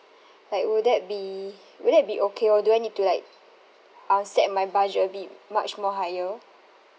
like would that be would that be okay or do I need to like uh set my budget a bit much more higher